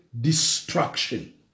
destruction